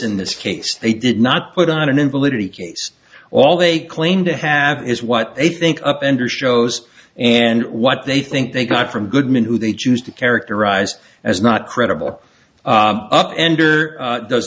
in this case they did not put on an invalidity case all they claimed to have is what they think of endor shows and what they think they got from goodman who they choose to characterize as not credible up ender does